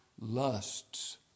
lusts